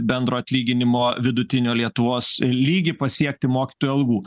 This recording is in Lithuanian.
bendro atlyginimo vidutinio lietuvos lygį pasiekti mokytojų algų